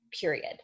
period